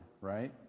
right